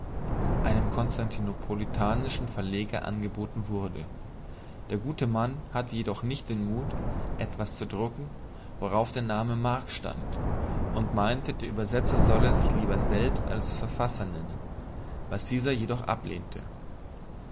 einem konstantinopolitanischen verleger angeboten wurde der gute mann hatte jedoch nicht den mut etwas zu drucken worauf der name marx stand und meinte der übersetzer solle sich lieber selbst als verfasser nennen was dieser jedoch ablehnte